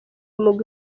umugwi